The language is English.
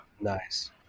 nice